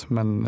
Men